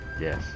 Yes